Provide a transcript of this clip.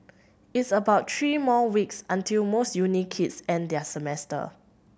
it's about three more weeks until most uni kids end their semester